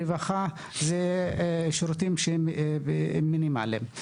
רווחה אלה שירותים מינימליים.